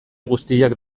guztiak